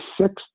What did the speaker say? sixth